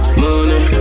money